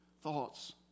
thoughts